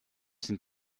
sind